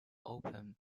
open